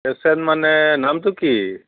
patient মানে নামটো কি